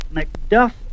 Macduff